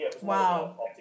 wow